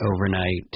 overnight